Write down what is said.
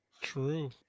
true